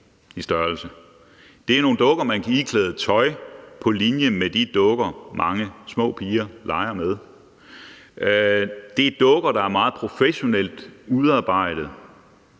i størrelse. Det er nogle dukker, man kan iklæde tøj på linje med de dukker, mange små piger leger med. Det er dukker, der er meget professionelt udarbejdet,